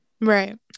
Right